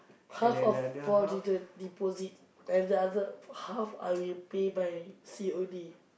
half of for the de~ the deposit and the other half I will pay by C_O_D